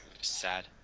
sad